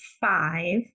five